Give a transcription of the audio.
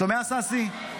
שומע ששי?